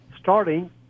starting